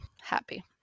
happy